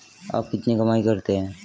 आप कितनी कमाई करते हैं?